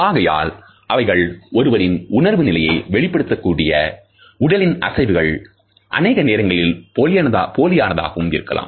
ஆகையால் அவைகள் ஒருவரின் உணர்வு நிலையை வெளிப்படுத்தக்கூடிய உடலின் அசைவுகள் அனேக நேரங்களில் போலியான தாகவும் இருக்கலாம்